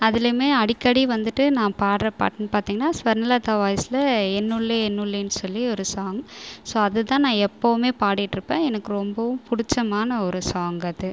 அதுலேயுமே அடிக்கடி வந்துட்டு நான் பாடுகிற பாட்டுனு பார்த்தீங்கனா ஸ்வர்ணலதா வாய்ஸில் என்னுளே என்னுளேனு சொல்லி ஒரு சாங் ஸோ அது தான் நான் எப்பவுமே பாடிட்டுருப்பேன் எனக்கு ரொம்பவும் பிடிச்சமான ஒரு சாங் அது